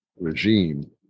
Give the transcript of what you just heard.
regime